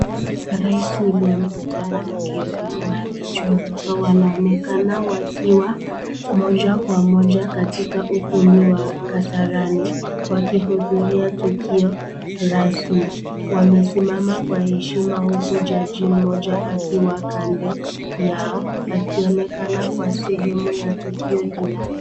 Rais Wiliam Ruto na mkewe mama Rachel Ruto wanaonekana wakiwa moja kwa moja katika ukumbi wa Kasarani wakihudhuria tukio rasmi. Wamesimama kwa heshima uku jaji mmoja akiwa kando yao akionekana kuwa sehemu ya tukio hilo.